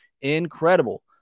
incredible